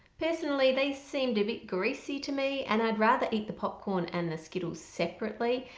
personally they seemed a bit greasy to me and i'd rather eat the popcorn and the skittles separately.